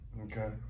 okay